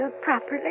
properly